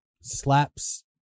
Slaps